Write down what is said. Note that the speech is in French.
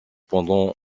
pendant